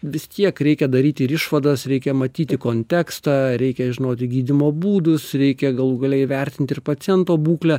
vis tiek reikia daryti ir išvadas reikia matyti kontekstą reikia žinoti gydymo būdus reikia galų gale įvertint ir paciento būklę